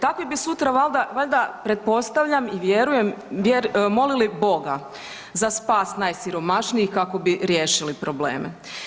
Takvi bi sutra valda, valjda pretpostavljam i vjerujem molili Boga za spas najsiromašnijih kako bi riješili probleme.